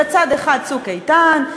בצד אחד "צוק איתן",